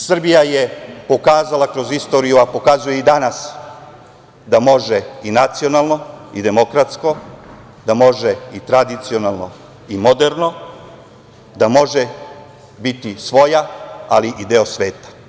Srbija je pokazala kroz istorija, a pokazuje i danas da može i nacionalno i demokratsko, da može i tradicionalno i moderno, da može biti svoja ali deo sveta.